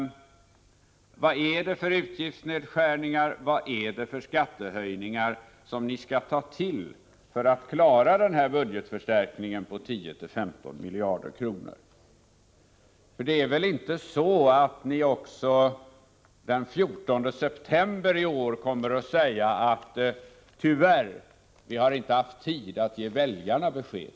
Vad är det för utgiftsnedskärningar och skattehöjningar som ni skall ta till för att klara denna budgetförstärkning på 10-15 miljarder kronor? Det är väl inte så att ni också den 14 september i år kommer att säga: Tyvärr har vi inte haft tid att ge väljarna besked.